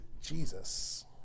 Jesus